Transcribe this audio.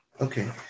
Okay